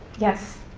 yes.